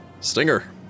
Stinger